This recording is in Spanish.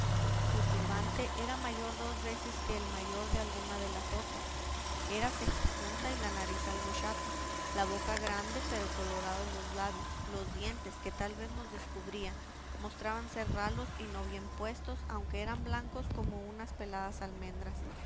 su turbante era mayor dos veces que el mayor de alguna de las otras era cejijunta y la nariz algo chata la boca grande pero colorados los labios los dientes que tal vez los descubría mostraban ser ralos y no bien puestos aunque eran blancos como unas peladas almendras